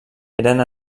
eren